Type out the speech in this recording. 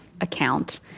account